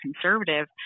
conservative